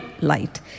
Light